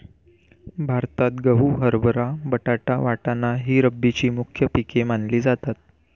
भारतात गहू, हरभरा, बटाटा, वाटाणा ही रब्बीची मुख्य पिके मानली जातात